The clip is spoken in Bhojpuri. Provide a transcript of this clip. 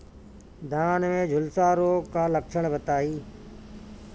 धान में झुलसा रोग क लक्षण बताई?